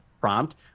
prompt